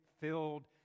filled